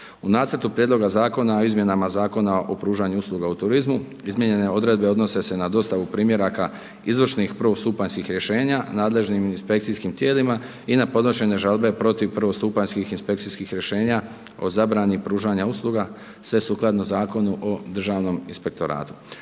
U Nacrtu prijedloga Zakona o izmjenama Zakona o pružanju usluga u turizmu izmijenjene odredbe odnose se na dostavu primjeraka izvršnih prvostupanjskih rješenja nadležnim inspekcijskim tijelima, i na podnošenje žalbe protiv prvostupanjskih inspekcijskih rješenja o zabrani pružanja usluga, sve sukladno Zakonu o državnom inspektoratu.